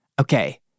okay